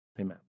Amen